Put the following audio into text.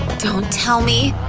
don't tell me.